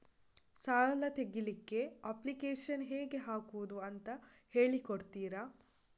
ಸಾಲ ತೆಗಿಲಿಕ್ಕೆ ಅಪ್ಲಿಕೇಶನ್ ಹೇಗೆ ಹಾಕುದು ಅಂತ ಹೇಳಿಕೊಡ್ತೀರಾ?